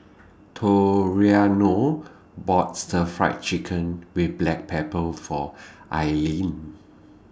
Toriano bought Stir Fried Chicken with Black Pepper For Ailene